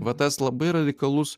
va tas labai radikalus